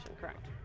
Correct